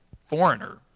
foreigner